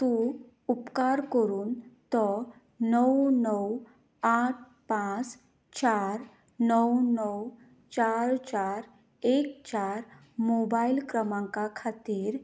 तूं उपकार करून तो णव णव आठ पांच चार णव णव चार चार एक चार मोबायल क्रमांका खातीर